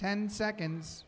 ten seconds